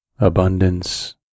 abundance